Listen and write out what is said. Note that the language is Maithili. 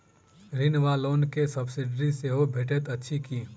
ऋण वा लोन केँ सब्सिडी सेहो भेटइत अछि की?